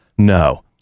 No